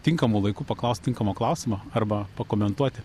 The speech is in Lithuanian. tinkamu laiku paklaust tinkamo klausimo arba pakomentuoti